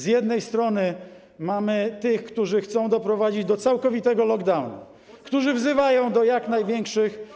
Z jednej strony mamy tych, którzy chcą doprowadzić do całkowitego lockdownu, którzy wzywają do jak największych.